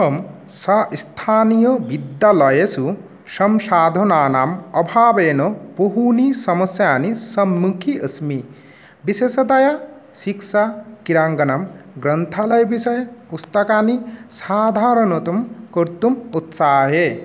अहं स स्थानीय विद्यालयेषु शंशोधनानाम् अभावेन बहूनि समस्यानि सम्मुखी अस्मि विशेषतया शिक्षा क्रीडाङ्गनं ग्रन्थालयविषये पुस्तकानि साधारणतं कर्तुम् उत्साहे